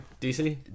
DC